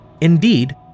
Indeed